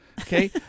Okay